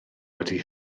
wedi